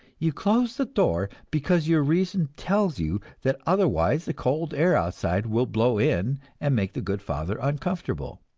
you close the door because your reason tells you that otherwise the cold air outside will blow in and make the good father uncomfortable.